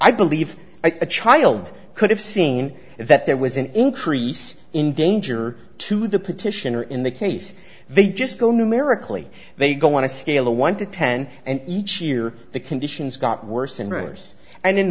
i believe that child could have seen that there was an increase in danger to the petitioner in the case they just go numerically they go on a scale of one to ten and each year the conditions got worse and worse and